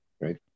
right